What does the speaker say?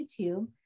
YouTube